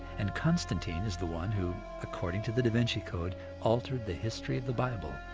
and constantine is the one. who according to the da vinci code altered the history of the bible.